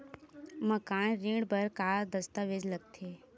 मकान ऋण बर का का दस्तावेज लगथे?